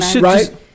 right